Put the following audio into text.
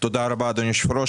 תודה רבה אדוני היושב ראש.